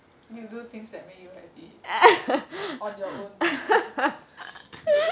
you do things that make you happy on your own